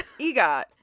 EGOT